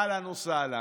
אהלן וסהלן,